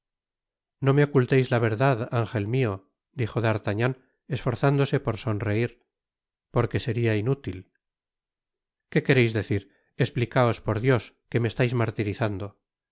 no me oculteis la verdad ángel mio dijo d'artagnan esforzándose por sonreír porque seria inútil qué quereis decir esplicaos por dios que me estais martirizando oh